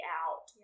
out